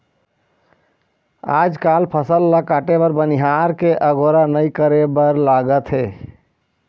आजकाल फसल ल काटे बर बनिहार के अगोरा नइ करे बर लागत हे